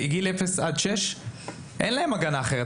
גיל אפס עד שש, אין להם הגנה אחרת.